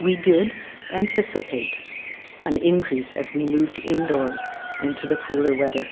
we did anticipate an increase as we moved indoors into the cooler weather